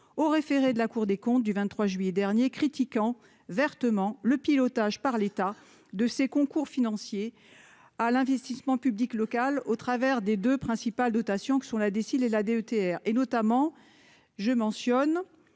au référé de la Cour des comptes du 23 juillet dernier critiquant vertement le pilotage par l'état de ses concours financiers à l'investissement public local au travers des 2 principales dotations que sont la ici la DETR, et notamment je mentionne